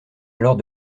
alors